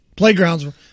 playgrounds